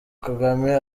kagame